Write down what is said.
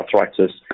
arthritis